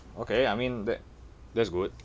okay I mean that that's good